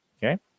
Okay